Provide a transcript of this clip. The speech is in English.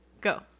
go